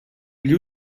gli